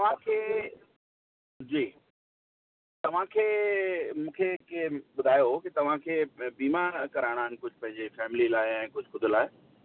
मूंखे जी तव्हांखे मूंखे कंहिं ॿुधायो की तव्हांखे बीमा कराइणा आहिनि कुझु पंहिंजे फ़ैमिली लाइ कुझु ख़ुदि लाइ